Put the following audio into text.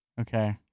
Okay